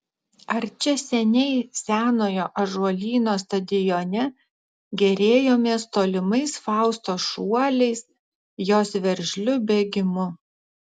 ar čia seniai senojo ąžuolyno stadione gėrėjomės tolimais faustos šuoliais jos veržliu bėgimu